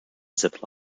zip